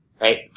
right